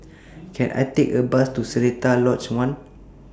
Can I Take A Bus to Seletar Lodge one